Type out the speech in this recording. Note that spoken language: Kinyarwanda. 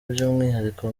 by’umwihariko